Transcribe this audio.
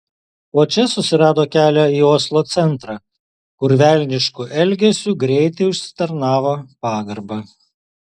o čia susirado kelią į oslo centrą kur velnišku elgesiu greitai užsitarnavo pagarbą